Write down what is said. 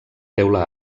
teula